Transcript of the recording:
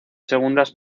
segundas